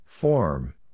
Form